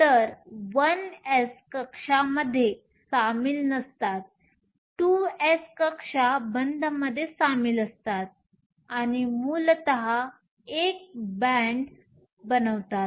तर 1s कक्षा बंधमध्ये सामील नसतात 2s कक्षा बंधमध्ये सामील असतात आणि मूलतः एक बॅण्ड बनवतात